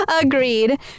Agreed